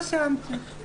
לא סיימתי,